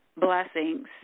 blessings